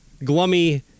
glummy